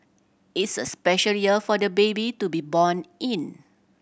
it's a special year for the baby to be born in